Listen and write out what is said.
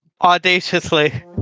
Audaciously